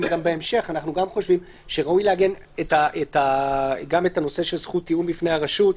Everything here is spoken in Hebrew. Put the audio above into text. אנחנו גם חושבים שראוי לעגן את הנושא של זכות הטיעון בפני הרשות.